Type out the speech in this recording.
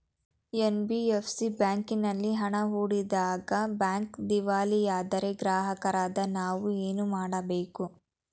NBFC ಬ್ಯಾಂಕಿನಲ್ಲಿ ಹಣ ಹೂಡಿದಾಗ ಬ್ಯಾಂಕ್ ದಿವಾಳಿಯಾದರೆ ಗ್ರಾಹಕರಾದ ನಾವು ಏನು ಮಾಡಬೇಕು?